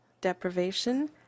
deprivation